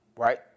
Right